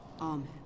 Amen